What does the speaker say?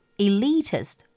elitist